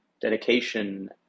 dedication